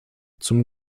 zum